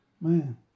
Man